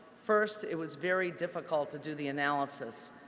first, it was very difficult to do the analysis.